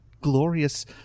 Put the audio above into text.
glorious